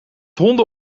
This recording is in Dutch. honden